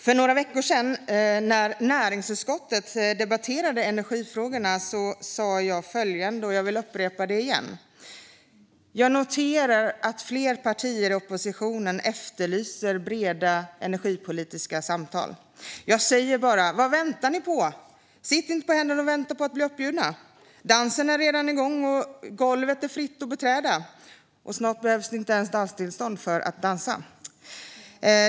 När näringsutskottet för några veckor sedan debatterade energifrågorna sa jag följande, och jag vill upprepa det: Jag noterar att flera partier i oppositionen efterlyser breda energipolitiska samtal. Jag säger bara: Vad väntar ni på? Sitt inte på händerna och vänta på att bli uppbjudna! Dansen är redan igång, och golvet är fritt att beträda! Snart behövs det heller inte ens danstillstånd för att dansa.